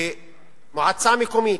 שמועצה מקומית,